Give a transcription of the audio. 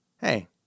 hey